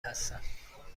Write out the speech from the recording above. هستم